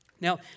Now